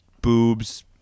boobs